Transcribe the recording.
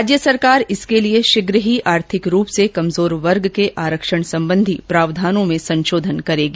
राज्य सरकार इसके लिए शीघ ही आर्थिक रूप से कमजोर वर्ग के आरक्षण संबंधी प्रावधानों में संशोधन करेगी